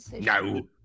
No